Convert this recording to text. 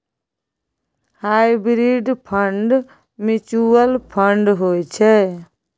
hybrid fund mutual fund होइ छै